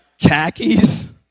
khakis